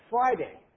Friday